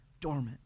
dormant